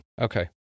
Okay